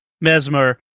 mesmer